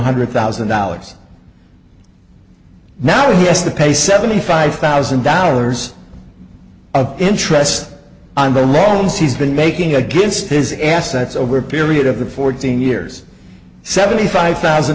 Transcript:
hundred thousand dollars now yes the pay seventy five thousand dollars of interest on their loans he's been making against his assets over a period of the fourteen years seventy five thousand